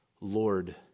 Lord